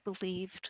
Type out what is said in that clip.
believed